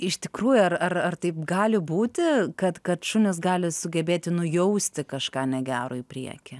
iš tikrųjų ar ar ar taip gali būti kad kad šunys gali sugebėti nujausti kažką negero į priekį